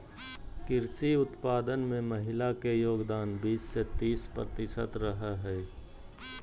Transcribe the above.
कृषि उत्पादन में महिला के योगदान बीस से तीस प्रतिशत रहा हइ